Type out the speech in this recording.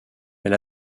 elle